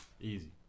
Easy